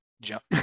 jump